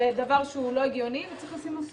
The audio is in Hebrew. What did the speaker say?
זה דבר שהוא לא הגיוני וצריך לשים לו סוף.